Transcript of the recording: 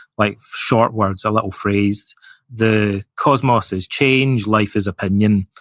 like short words, a little phrase the cosmos is change, life is opinion.